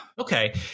okay